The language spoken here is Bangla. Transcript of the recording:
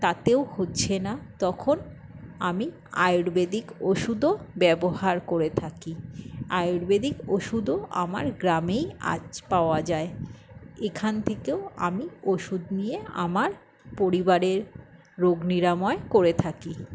তাতেও হচ্ছে না তখন আমি আয়ুর্বেদিক ওষুধও ব্যবহার করে থাকি আয়ুর্বেদিক ওষুধও আমার গ্রামেই আজ পাওয়া যায় এখান থেকেও আমি ওষুধ নিয়ে আমার পরিবারের রোগ নিরাময় করে থাকি